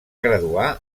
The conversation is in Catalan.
graduar